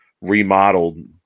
remodeled